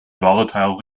volatile